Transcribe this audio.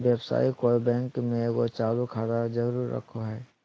व्यवसायी कोय बैंक में एगो चालू खाता जरूर रखो हइ